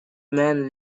man